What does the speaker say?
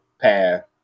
path